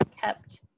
kept